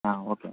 ஆ okay